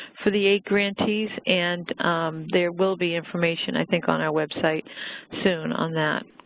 for the eight grantees, and there will be information, i think, on our website soon on that.